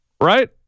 right